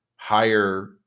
higher